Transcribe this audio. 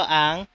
ang